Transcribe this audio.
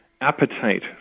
appetite